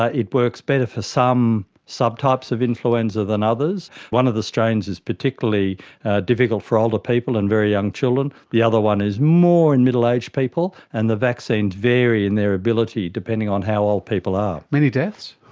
ah it works better for some subtypes of influenza than others. one of the strains is particularly difficult for older people and very young children, the other one is more in middle-aged people, and the vaccines vary in their ability, depending on how old people are. many deaths?